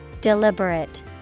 Deliberate